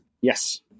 Yes